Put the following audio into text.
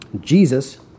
Jesus